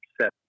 set